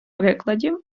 прикладів